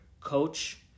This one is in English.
coach